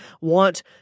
want